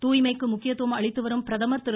தாய்மைக்கு முக்கியத்துவம் அளித்துவரும் பிரதமர் திரு